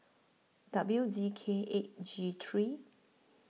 W Z K eight G three